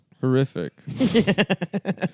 Horrific